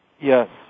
Yes